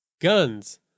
guns